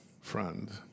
friend